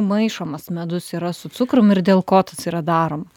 maišomas medus yra su cukrum ir dėl ko tas yra daroma